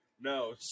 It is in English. No